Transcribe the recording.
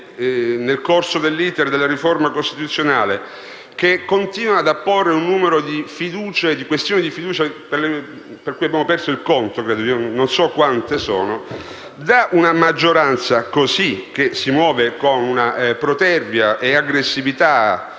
nel corso dell'*iter* della riforma costituzionale, che continua ad apporre un numero di questioni di fiducia di cui abbiamo perso il conto (ormai non so quante siano); da una maggioranza così, che si muove con una protervia e un'aggressività